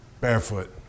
barefoot